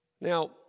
Now